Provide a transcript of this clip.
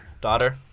Daughter